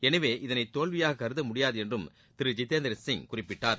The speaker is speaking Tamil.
எனவே இதனை தோல்வியாக கருத முடியாது என்றும் திரு ஜிதேந்திரசிங் குறிப்பிட்டார்